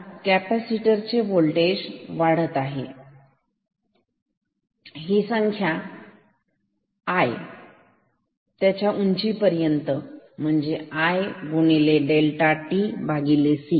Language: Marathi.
आता VC पर्यंत वाढत आहे ही संख्या i त्याची उंची पर्यंत आहे i ∆tc